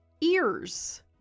ears